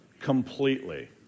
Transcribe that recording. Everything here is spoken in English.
Completely